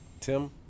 Tim